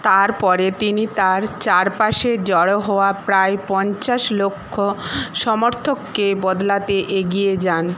তারপরে তিনি তার চারপাশের জড়ো হওয়া প্রায় পঞ্চাশ লক্ষ সমর্থককে বদলাতে এগিয়ে যান